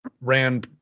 ran